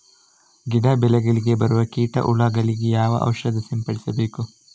ಗಿಡ, ಬೆಳೆಗಳಿಗೆ ಬರುವ ಕೀಟ, ಹುಳಗಳಿಗೆ ಯಾವ ಔಷಧ ಸಿಂಪಡಿಸಬೇಕು?